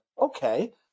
okay